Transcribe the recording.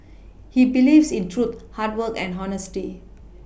he believes in truth hard work and honesty